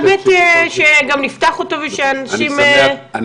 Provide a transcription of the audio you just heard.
באמת שגם נפתח אותו ושאנשים --- אני